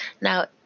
Now